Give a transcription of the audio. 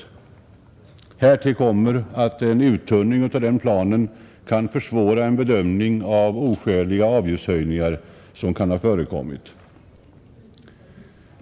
Härtill kommer att en uttunning av planen kan försvåra en bedömning av oskäliga avgiftshöjningar som kan ha förekommit.